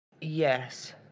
Yes